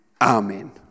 amen